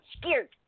scared